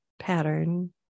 pattern